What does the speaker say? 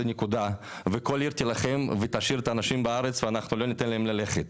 זה נקודה וכל עיר תלחם ושאיר את האנשים בארץ ואנחנו לא ניתן להם ללכת,